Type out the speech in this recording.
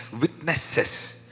witnesses